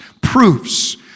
proofs